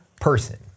person